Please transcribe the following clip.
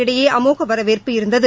இடையே அமோக வரவேற்பு இருந்தது